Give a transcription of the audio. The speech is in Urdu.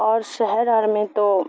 اور شہر آر میں تو